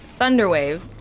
Thunderwave